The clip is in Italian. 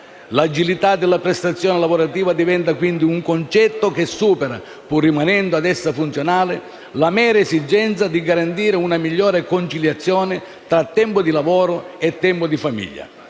L’agilità della prestazione lavorativa diventa quindi un concetto che supera, pur rimanendo ad essa funzionale, la mera esigenza di garantire una migliore conciliazione tra tempo di lavoro e tempo di famiglia.